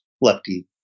lefty